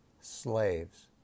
slaves